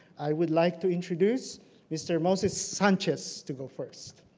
i would like to introduce mr. moses sanchez to go first.